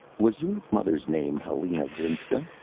was your mother's name helena glinska?